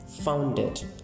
founded